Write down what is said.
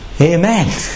Amen